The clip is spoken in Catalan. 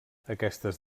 aquestes